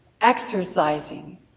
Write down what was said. exercising